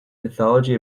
mythology